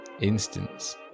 instance